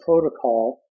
protocol